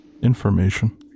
Information